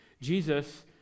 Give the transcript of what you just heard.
Jesus